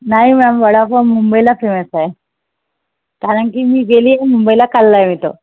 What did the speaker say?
नाही मॅम वडापाव मुंबईला फेमस आहे कारण की मी गेली आहे मुंबईला खाल्ला आहे मी तो